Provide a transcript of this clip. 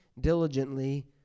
diligently